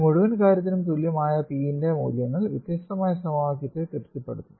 ഈ മുഴുവൻ കാര്യത്തിനും തുല്യമായ p ന്റെ മൂല്യങ്ങൾ വ്യത്യസ്തമായ സമവാക്യത്തെ തൃപ്തിപ്പെടുത്തും